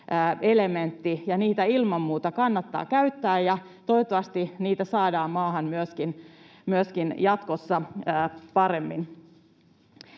elementti. Niitä ilman muuta kannattaa käyttää, ja toivottavasti niitä myöskin saadaan maahan jatkossa paremmin.